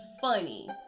funny